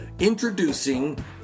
Introducing